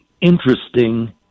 interesting